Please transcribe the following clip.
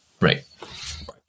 right